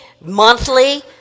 monthly